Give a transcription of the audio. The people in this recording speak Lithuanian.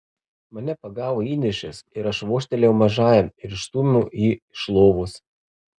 mane pagavo įniršis ir aš vožtelėjau mažajam ir išstūmiau jį iš lovos